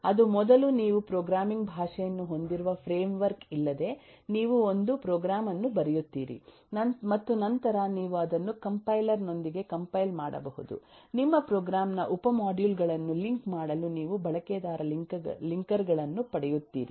ಅದು ಮೊದಲು ನೀವು ಪ್ರೋಗ್ರಾಮಿಂಗ್ ಭಾಷೆಯನ್ನು ಹೊಂದಿರುವ ಫ್ರೇಮ್ ವರ್ಕ್ ಇಲ್ಲದೆ ನೀವು ಒಂದು ಪ್ರೋಗ್ರಾಂ ಅನ್ನು ಬರೆಯುತ್ತೀರಿ ಮತ್ತು ನಂತರ ನೀವು ಅದನ್ನು ಕಂಪೈಲರ್ ನೊಂದಿಗೆ ಕಂಪೈಲ್ ಮಾಡಬಹುದು ನಿಮ್ಮ ಪ್ರೋಗ್ರಾಂ ನ ಉಪ ಮಾಡ್ಯೂಲ್ ಗಳನ್ನು ಲಿಂಕ್ ಮಾಡಲು ನೀವು ಬಳಕೆದಾರ ಲಿಂಕರ್ ಅನ್ನು ಪಡೆಯುತ್ತೀರಿ